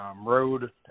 road